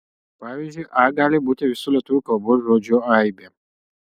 pavyzdžiui a gali būti visų lietuvių kalbos žodžių aibė